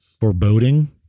Foreboding